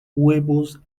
huevos